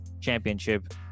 championship